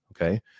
okay